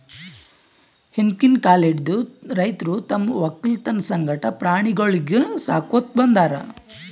ಹಿಂದ್ಕಿನ್ ಕಾಲ್ ಹಿಡದು ರೈತರ್ ತಮ್ಮ್ ವಕ್ಕಲತನ್ ಸಂಗಟ ಪ್ರಾಣಿಗೊಳಿಗ್ ಸಾಕೋತ್ ಬಂದಾರ್